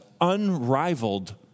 unrivaled